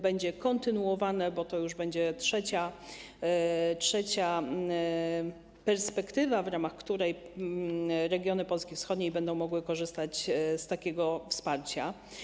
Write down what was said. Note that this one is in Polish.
Będzie kontynuowane, bo to już będzie trzecia perspektywa, w ramach której regiony Polski wschodniej będą mogły korzystać z takiego wsparcia.